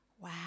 Wow